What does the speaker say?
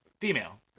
female